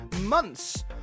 months